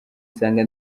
nsanga